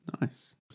Nice